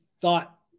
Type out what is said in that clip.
thought